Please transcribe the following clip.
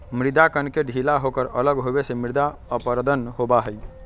मृदा कण के ढीला होकर अलग होवे से मृदा अपरदन होबा हई